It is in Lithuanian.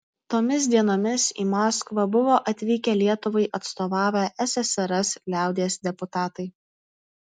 tomis dienomis į maskvą buvo atvykę lietuvai atstovavę ssrs liaudies deputatai